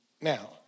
Now